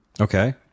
Okay